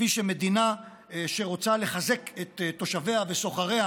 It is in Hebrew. כפי שמדינה שרוצה לחזק את תושביה וסוחריה